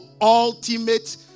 ultimate